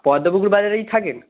পদ্মপুকুর বাজারেই থাকেন